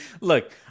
Look